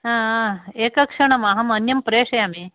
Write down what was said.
एकक्षणम् अहम् अन्यं प्रेषयामि